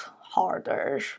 harder